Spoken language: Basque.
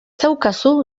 daukazu